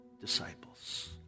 disciples